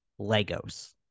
Legos